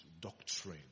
doctrine